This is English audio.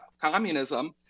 communism